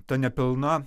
ta nepilna